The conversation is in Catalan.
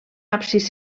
absis